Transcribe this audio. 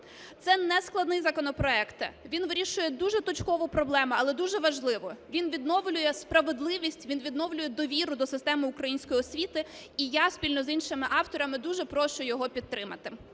Це не складний законопроект, він вирішує дуже точкову проблему, але дуже важливу, він відновлює справедливість, він відновлює довіру до системи української освіти . І я спільно з іншими авторами дуже прошу його підтримати.